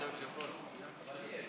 אבל יהיה.